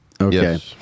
Okay